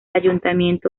ayuntamiento